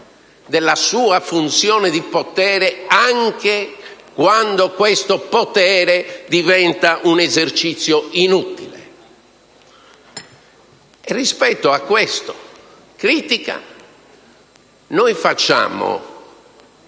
della sua funzione di potere anche quando questo potere diventa un esercizio inutile. Rispetto a queste critiche, noi facciamo